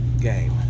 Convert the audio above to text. game